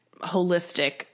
holistic